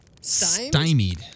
Stymied